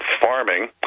farming